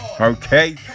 okay